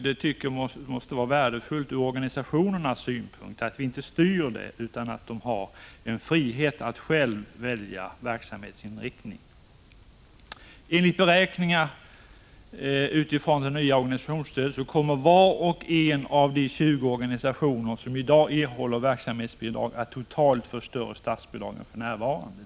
Det måste vara värdefullt ur organisationernas synpunkt att vi inte styr verksamheten utan att de har frihet att själva välja verksamhetsinriktning. Enligt beräkningar beträffande det nya organisationsstödet kommer var och en av de 20 organisationer som i dag erhåller verksamhetsbidrag att totalt få större statsbidrag än för närvarande.